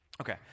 Okay